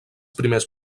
primers